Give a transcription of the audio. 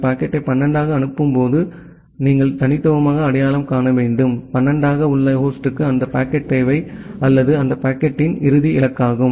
எனவே பாக்கெட்டை 12 ஆக அனுப்பும்போது நீங்கள் தனித்துவமாக அடையாளம் காண வேண்டும் 12 ஆக உள்ள ஹோஸ்டுக்கு அந்த பாக்கெட் தேவை அல்லது அந்த பாக்கெட்டின் இறுதி இலக்கு